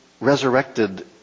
resurrected